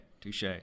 touche